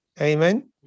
Amen